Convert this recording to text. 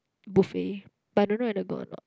buffet but I don't know whether got or not